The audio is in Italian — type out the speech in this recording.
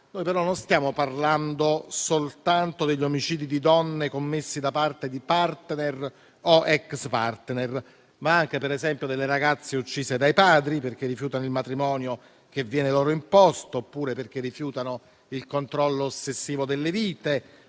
Noi, però, non stiamo parlando soltanto degli omicidi di donne commessi da parte di *partner* o ex *partner*, ma anche, per esempio, delle ragazze uccise dai padri perché rifiutano un matrimonio che viene loro imposto oppure perché rifiutano il controllo ossessivo delle loro